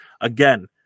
Again